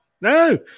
No